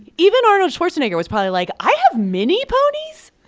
even arnold schwarzenegger was probably like, i have mini ponies?